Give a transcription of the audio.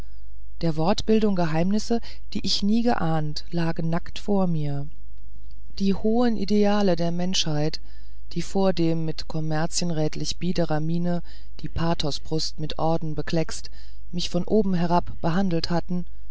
der wortbildung geheimnisse die ich nie geahnt lagen nackt vor mir die hohen ideale der menschheit die vordem mit kommerzienrätlich biederer miene die pathosbrust mit orden bekleckst mich von oben herab behandelt hatten